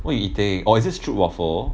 what you eating orh is just troop waffle